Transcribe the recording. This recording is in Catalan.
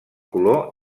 color